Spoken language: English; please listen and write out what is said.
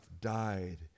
died